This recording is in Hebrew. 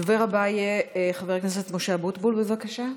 הדובר הבא יהיה חבר הכנסת משה אבוטבול, בבקשה.